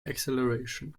acceleration